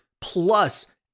plus